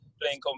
playing